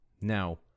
Now